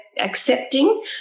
accepting